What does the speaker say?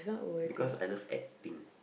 because I love acting